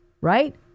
Right